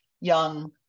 young